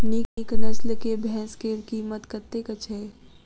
नीक नस्ल केँ भैंस केँ कीमत कतेक छै?